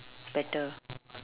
better